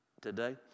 today